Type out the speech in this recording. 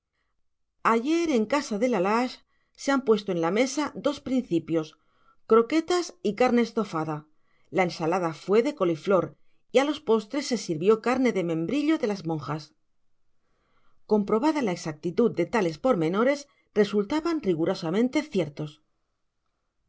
ayer en casa de la lage se han puesto en la mesa dos principios croquetas y carne estofada la ensalada fue de coliflor y a los postres se sirvió carne de membrillo de las monjas comprobada la exactitud de tales pormenores resultaban rigurosamente ciertos